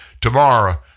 Tomorrow